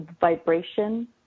vibration